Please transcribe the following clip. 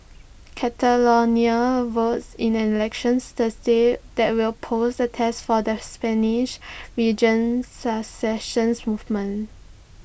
Catalonia votes in an election Thursday that will pose A test for the Spanish region's secession movement